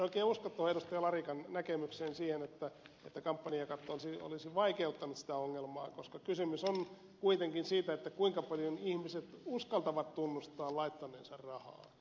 larikan näkemykseen siihen että kampanjakatto olisi vaikeuttanut sitä ongelmaa koska kysymys on kuitenkin siitä kuinka paljon ihmiset uskaltavat tunnustaa laittaneensa rahaa